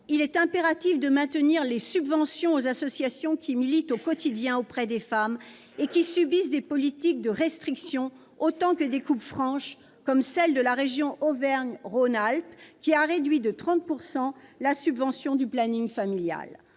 il est impératif de maintenir les subventions aux associations qui militent au quotidien auprès des femmes et qui subissent des politiques de restrictions autant que des coupes franches. Je pense par exemple à la région Auvergne-Rhône-Alpes, qui a réduit de 30 % la subvention accordée au planning familial.